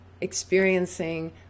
experiencing